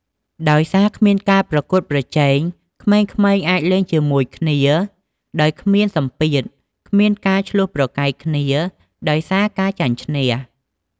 ដោយសារគ្មានការប្រកួតប្រជែង ក្មេងៗអាចលេងជាមួយគ្នាដោយគ្មានសម្ពាធ គ្មានការឈ្លោះប្រកែកគ្នា ដោយសារការចាញ់ឈ្នះ។